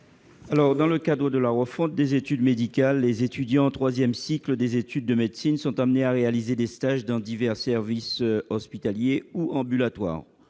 Dans le cadre de la refonte des études médicales, les étudiants de troisième cycle sont appelés à réaliser des stages dans divers services hospitaliers ou en ambulatoire.